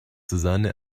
susanne